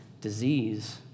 disease